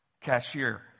cashier